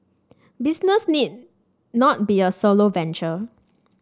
business need not be a solo venture